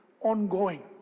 ongoing